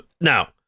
now